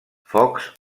fox